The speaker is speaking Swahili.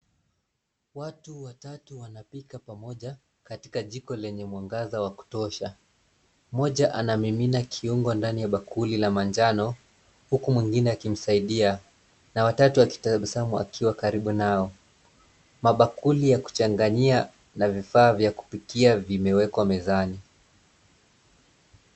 Watu watatu wanapika pamoja katika jiko lenye mwangaza wa kutosha. Mmoja anamimina kiungo ndani ya bakuli la manjano , huku mwingine akimsaidia na watatu akitabasamu akiwa karibu nao. Mabakuli ya kuchanganyia, na vifaa vya kupikia vimewekwa mezani.